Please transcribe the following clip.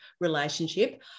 relationship